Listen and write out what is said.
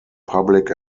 public